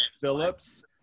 Phillips